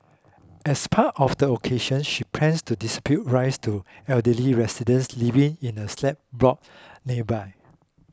as part of the occasion she planned to distribute rice to elderly residents living in a slab block nearby